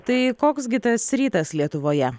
tai koks gi tas rytas lietuvoje